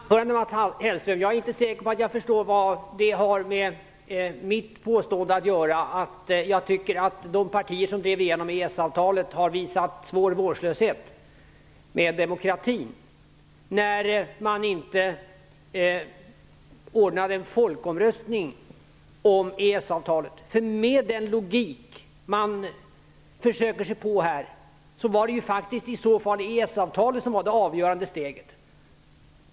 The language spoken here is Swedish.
Fru talman! Det var ett vackert anförande, Mats Hellström! Men jag är inte säker på att jag förstår vad det har med mitt påstående att göra - att jag tycker att de partier som drev igenom EES-avtalet har visat svår vårdslöshet med demokratin när man inte ordnade en folkomröstning om EES-avtalet. Med den logik som man försöker sig på här var det faktiskt i så fall EES avtalet som var det avgörande steget.